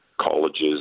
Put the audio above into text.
colleges